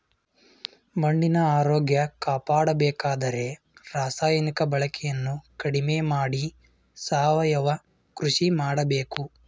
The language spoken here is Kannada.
ಮಣ್ಣಿನ ಆರೋಗ್ಯ ಕಾಪಾಡಬೇಕಾದರೆ ರಾಸಾಯನಿಕ ಬಳಕೆಯನ್ನು ಕಡಿಮೆ ಮಾಡಿ ಸಾವಯವ ಕೃಷಿ ಮಾಡಬೇಕು